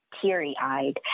teary-eyed